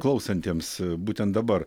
klausantiems būtent dabar